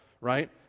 right